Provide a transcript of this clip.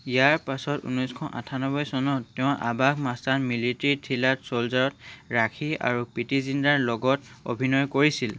ইয়াৰ পাছত ঊনৈছশ আঠান্নবৈ চনত তেওঁ আবাস মাস্তান মিলিটাৰি থ্ৰিলাৰ শ্ব'লজাৰত ৰাখী আৰু প্ৰিতি জিন্টাৰ লগত অভিনয় কৰিছিল